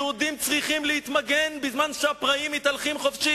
יהודים צריכים להתמגן בזמן שהפראים מתהלכים חופשי?